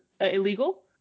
illegal